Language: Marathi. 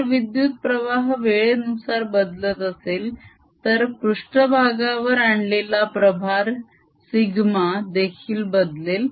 जर विद्युत प्रवाह वेळेनुसार बदलत असेल तर पृष्ट्भागावर आणलेला प्रभार σ देखील बदलेल